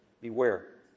Beware